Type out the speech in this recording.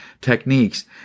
techniques